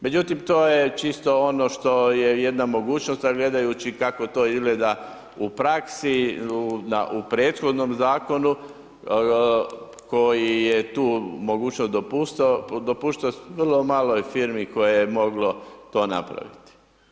Međutim, to je čisto ono što je jedna mogućnost, a gledajući kako to izgleda u praksi u prethodnom zakonu koji je tu mogućnost dopuštao, vrlo je malo firmi koje je moglo to napraviti.